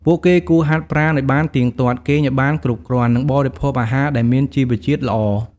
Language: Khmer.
ពួកគេគួរហាត់ប្រាណឲ្យបានទៀងទាត់ គេងឲ្យបានគ្រប់គ្រាន់ និងបរិភោគអាហារដែលមានជីវជាតិល្អ។